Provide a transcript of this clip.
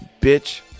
bitch